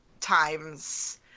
times